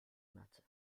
matter